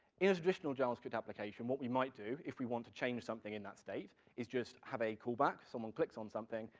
in a traditional javascript application, what we might do, if we want to change something in that state, is just have a callback, someone clicks on something,